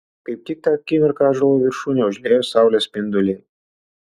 kaip tik tą akimirką ąžuolo viršūnę užliejo saulės spinduliai